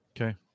Okay